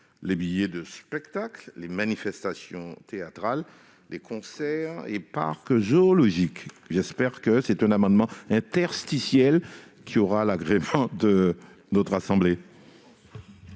les billets de spectacle, les manifestations théâtrales, les concerts et les parcs zoologiques. J'espère que cet amendement « interstitiel » recevra l'agrément de notre assemblée.